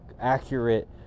accurate